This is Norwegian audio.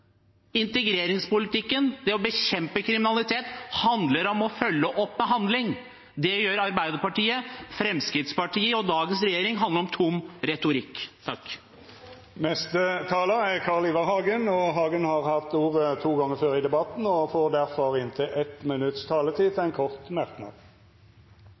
Integreringspolitikken og det å bekjempe kriminalitet handler om å følge opp med handling. Det gjør Arbeiderpartiet. Fremskrittspartiet og dagens regjering handler om tom retorikk. Carl I. Hagen har hatt ordet to gonger tidlegare og får